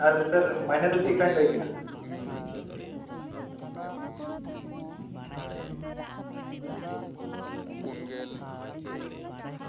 ᱥᱟᱨ ᱢᱟᱭᱱᱮ ᱫᱚ ᱪᱮᱫ ᱞᱮᱠᱟᱧ ᱞᱟᱹᱭᱚ